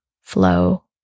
flow